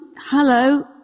hello